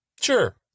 Sure